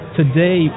today